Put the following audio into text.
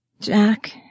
Jack